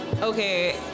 Okay